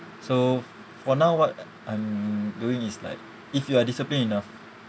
so for now what I'm doing is like if you are discipline enough